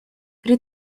при